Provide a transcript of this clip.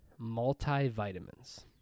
multivitamins